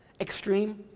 extreme